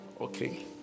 Okay